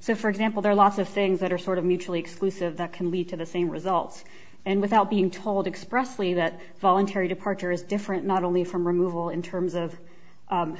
so for example there are lots of things that are sort of mutually exclusive that can lead to the same results and without being told expressly that voluntary departure is different not only from removal in terms of